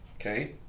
okay